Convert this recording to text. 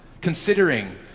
considering